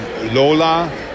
Lola